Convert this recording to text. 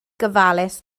gofalus